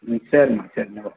ம் சரிம்மா சரிம்மா